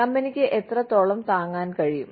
കമ്പനിക്ക് എത്രത്തോളം താങ്ങാൻ കഴിയും